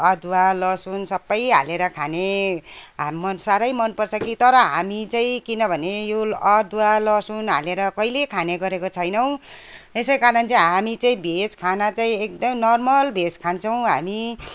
अदुवा लसुन सबै हालेर खाने साह्रै मनपर्छ कि तर हामी चाहिँ किनभने योअदुवा लसुन हालेर कहिले खाने गरेको छैनौँ यसै कारण चाहिँ हामी चाहिँ भेज खाना चाहिँ एकदम नर्मल भेज खान्छौँ हामी